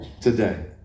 today